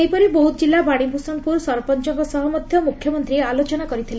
ସେହିପରି ବୌଦ କିଲ୍ଲା ବାଶୀଭ୍ଷଣପୁର ସରପଅଙ୍କ ସହ ମଧ୍ଧ ମୁଖ୍ୟମନ୍ତୀ ଆଲୋଚନା କରିଥିଲେ